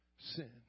sin